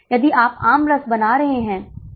क्या आप गणना कर सकते हैं